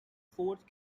fourth